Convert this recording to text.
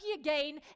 again